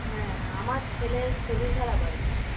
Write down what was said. হ্যাঁ আমার ছেলের শরীর খারাপ আর কি